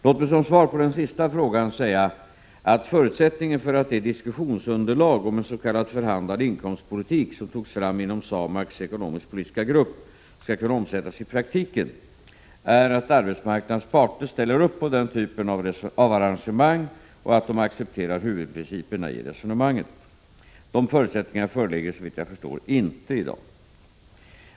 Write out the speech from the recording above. Låt mig som svar på den sista frågan säga, att förutsättningen för att det diskussionsunderlag om en s.k. förhandlad inkomstpolitik som togs fram inom SAMAK:s ekonomisk-politiska grupp skall kunna omsättas i praktiken är att arbetsmarknadens parter ställer upp på den typen av arrangemang och att de accepterar huvudprinciperna i resonemanget. De förutsättningarna föreligger, såvitt jag förstår, inte i dag.